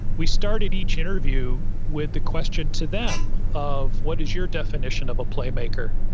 we started each interview with the question to them of, what is your definition of a playmaker?